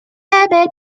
label